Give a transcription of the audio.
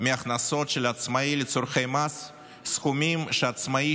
מההכנסות של העצמאי לצורכי מס סכומים שהעצמאי